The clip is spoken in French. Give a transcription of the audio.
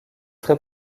très